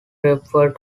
refer